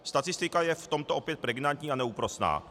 Statistika je v tomto opět pregnantní a neúprosná.